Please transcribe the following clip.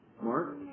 Mark